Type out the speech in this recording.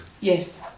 Yes